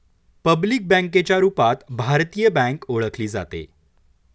public बँकेच्या रूपात भारतीय बँक ओळखली जाते